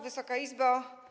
Wysoka Izbo!